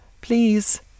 please